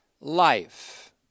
life